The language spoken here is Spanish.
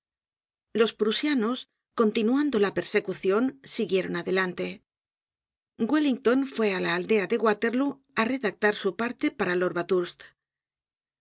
los prusianos continuando la persecucion siguieron adelante wellington fué á la aldea de waterlóo á redactar su parte para lord